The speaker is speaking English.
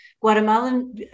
Guatemalan